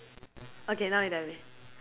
okay now